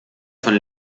von